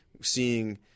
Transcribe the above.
seeing